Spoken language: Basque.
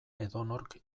edonork